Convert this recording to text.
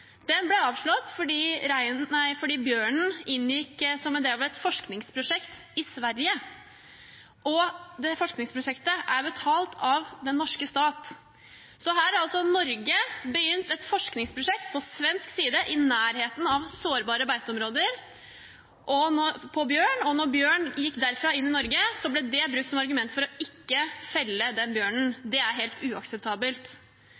Den ble avslått fordi bjørnen inngikk som en del av et forskningsprosjekt i Sverige, og det forskningsprosjektet er betalt av den norske stat. Her har altså Norge begynt et forskningsprosjekt på bjørn på svensk side i nærheten av sårbare beiteområder, og da bjørnen gikk derfra og inn i Norge, ble det brukt som argument for å ikke felle den